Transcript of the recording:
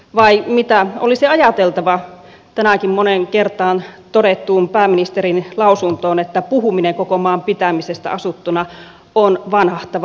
vai mitä olisi ajateltava tänäänkin moneen kertaan todetusta pääministerin lausunnosta että puhuminen koko maan pitämisestä asuttuna on vanhahtavaa